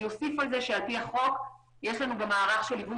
אני אוסיף על זה שעל פי החוק יש לנו מערך של ליווי